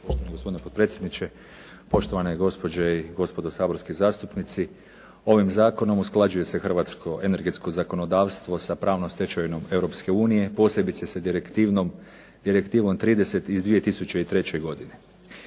Poštovani gospodine potpredsjedniče, poštovane gospođe i gospodo saborski zastupnici. Ovim zakonom usklađuje se hrvatsko energetsko zakonodavstvo sa pravnom stečevinom Europske unije, posebice sa direktivom 30 iz 2003. godine.